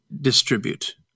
distribute